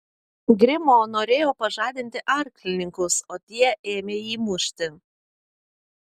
grimo norėjo pažadinti arklininkus o tie ėmė jį mušti